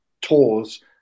tours